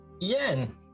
Yen